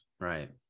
right